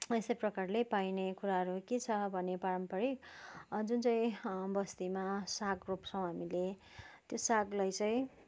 यस्तै प्रकारले पाइने कुराहरू के छ भने पारम्परिक जुन चाहिँ बस्तीमा साग रोप्छौँ हामीले त्यो सागलाई चाहिँ